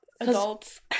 Adults